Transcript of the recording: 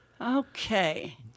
Okay